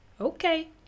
Okay